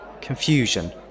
Confusion